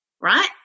right